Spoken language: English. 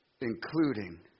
Including